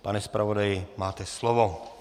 Pane zpravodaji, máte slovo.